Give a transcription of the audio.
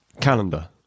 Calendar